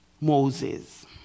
Moses